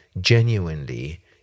genuinely